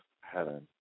heaven